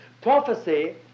Prophecy